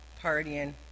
partying